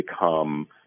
become –